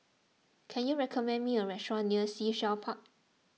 can you recommend me a restaurant near Sea Shell Park